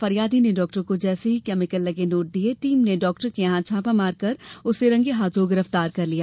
फरियादी ने डॉक्टर को जैसे ही केमिकल लगे नोट दिए टीम ने डॉक्टर के यहां छापा मार दिया और उसे रंगे हाथों पकड़ लिया